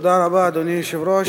אדוני היושב-ראש,